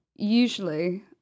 usually